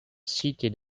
seated